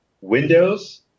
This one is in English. Windows